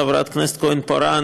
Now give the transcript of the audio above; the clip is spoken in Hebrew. חברת הכנסת כהן-פארן,